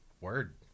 Word